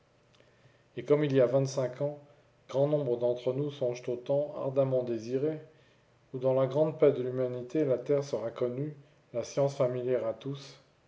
et comme il y a vingt-cinq ans grand nombre d'entre nous songent au temps ardemment désiré où dans la grande paix de l'humanité la terre sera connue la science familière à tous